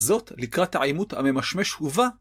זאת לקראת העימות הממשמש ובא...